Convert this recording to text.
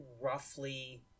roughly